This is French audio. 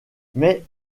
mais